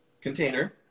Container